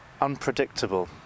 Unpredictable